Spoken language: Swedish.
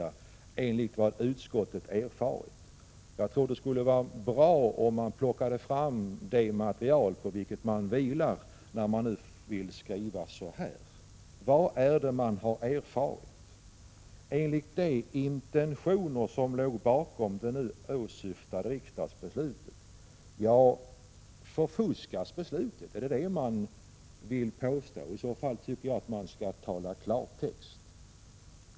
Jag tänker då på uttrycket ”enligt vad utskottet erfarit”. Jag tror att det skulle vara bra om man tog fram det material som man stöder | sig på när man skriver som man gör. Vad är det man har erfarit? Den sist | citerade meningen avslutas alltså med orden ”enligt de intentioner som låg bakom det nu åsyftade riksdagsbeslutet”. Ja, vad menas med det? Vill man | påstå att beslutet förfuskas? I så fall tycker jag att man skall säga det i klartext och så upp till bevis.